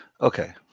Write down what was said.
Okay